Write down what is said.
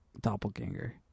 Doppelganger